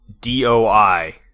D-O-I